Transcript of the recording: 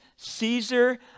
Caesar